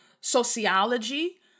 sociology